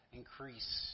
increase